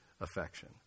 affection